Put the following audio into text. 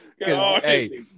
Hey